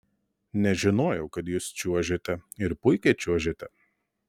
nežinojau kad jūs čiuožiate ir puikiai čiuožiate